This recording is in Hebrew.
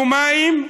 יומיים,